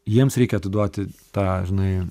jiems reikia atiduoti tą žinai